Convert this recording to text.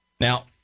Now